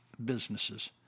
businesses